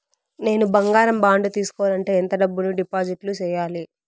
నేను బంగారం బాండు తీసుకోవాలంటే ఎంత డబ్బును డిపాజిట్లు సేయాలి?